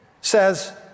says